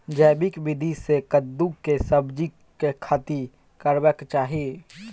जैविक विधी से कद्दु के सब्जीक खेती करबाक चाही?